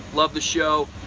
love the show.